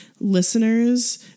listeners